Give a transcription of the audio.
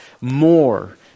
more